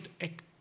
act